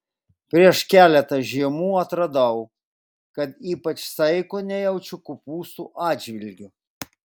prieš keletą žiemų atradau kad ypač saiko nejaučiu kopūstų atžvilgiu